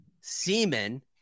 semen